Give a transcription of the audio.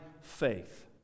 faith